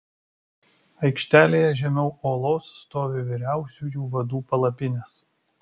aikštelėje žemiau olos stovi vyriausiųjų vadų palapinės